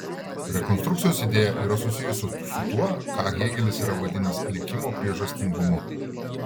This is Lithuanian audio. rekonstrukcijos idėja yra susijusi su tuo ką hėgelis yra vadinęs likimo priežastingumu